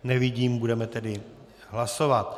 Nevidím, budeme tedy hlasovat.